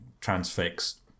transfixed